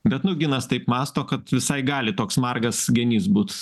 bet nu ginas taip mąsto kad visai gali toks margas genys būt